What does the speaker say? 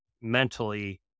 mentally